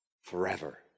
forever